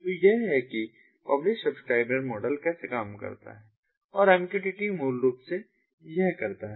तो यह है कि यह पब्लिश सब्सक्राइब मॉडल कैसे काम करता है और MQTT मूल रूप से यह क्या करता है